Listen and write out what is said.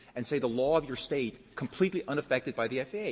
and say the law of your state completely unaffected by the faa.